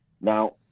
Now